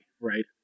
right